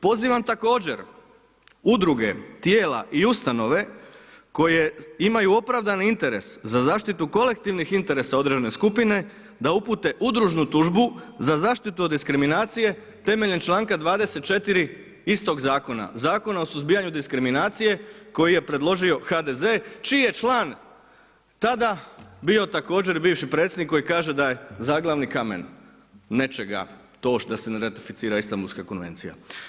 Pozivam također udruge, tijela i ustanove koje imaju opravdani interes za zaštitu kolektivnih interesa određene skupine da upute udružnu tužbu za zaštitu od diskriminacije temeljem članka 24. istog zakona, Zakona o suzbijanju diskriminacije koji je predložio HDZ čiji je član tada bio također bivši predsjednik koji kaže da je zaglavni kamen nečega to da se ne ratificira Istanbulska konvencija.